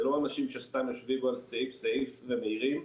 זה לא אנשים שסתם יושבים פה על סעיף סעיף ומעירים,